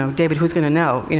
um david, who's going to know?